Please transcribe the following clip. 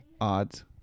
Odds